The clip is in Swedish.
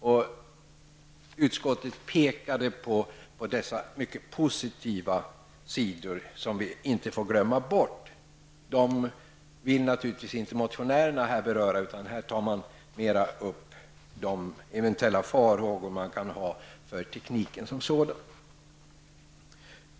Och utskottet pekade på dessa mycket positiva sidor som man inte får glömma bort. Motionärerna vill naturligtvis inte beröra dessa sidor, utan de tar mer upp de eventuella farhågor som de hyser för tekniken som sådan.